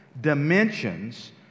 dimensions